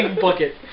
Bucket